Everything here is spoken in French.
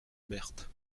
berthe